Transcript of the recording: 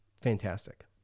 Fantastic